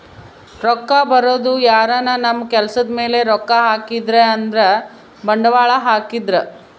ರೊಕ್ಕ ಬರೋದು ಯಾರನ ನಮ್ ಕೆಲ್ಸದ್ ಮೇಲೆ ರೊಕ್ಕ ಹಾಕಿದ್ರೆ ಅಂದ್ರ ಬಂಡವಾಳ ಹಾಕಿದ್ರ